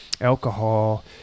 alcohol